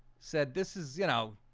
said this is you know,